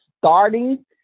starting